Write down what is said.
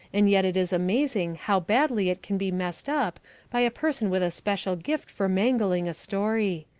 and yet it is amazing how badly it can be messed up by a person with a special gift for mangling a story.